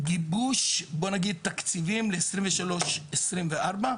בגיבוש תקציבים ל-2023-2024,